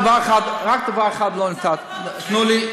רק דבר אחד לא נתתי, תנו לי,